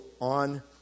on